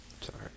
Sorry